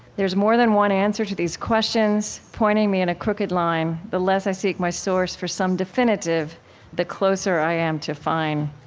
there's more than one answer to these questions pointing me in a crooked line the less i seek my source for some definitive the closer i am to fine.